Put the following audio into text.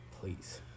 Please